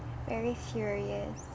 very furious